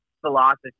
philosophy